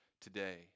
today